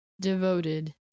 devoted